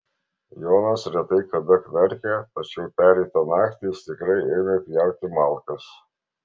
jonas retai kada knarkia tačiau pereitą naktį jis tikrai ėmė pjauti malkas